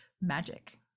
magic